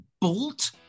bolt